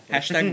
Hashtag